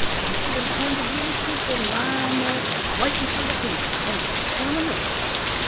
for more than a hundred years she has been lying there waiting for the hero who is to come and rescue her,